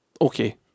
Okay